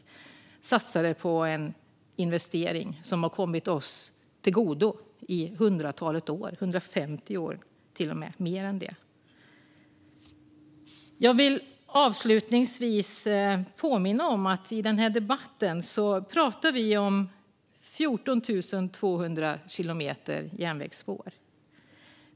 Man satsade på en investering som har kommit oss till godo i hundratalet år - mer än 150 år, till och med. Jag vill avslutningsvis påminna om att i den här debatten pratar vi om 14 200 kilometer järnvägsspår.